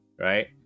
Right